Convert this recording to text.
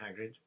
Hagrid